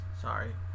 Sorry